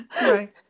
Right